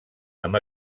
amb